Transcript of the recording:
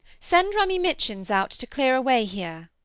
send rummy mitchens out to clear away here.